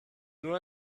nur